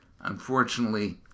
Unfortunately